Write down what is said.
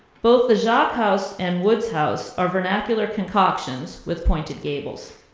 both the jop house and wood's house are vernacular concoctions with pointed gables.